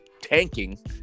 tanking